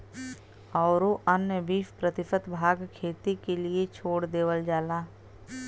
औरू अन्य बीस प्रतिशत भाग खेती क लिए छोड़ देवल जाला